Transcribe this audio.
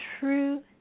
true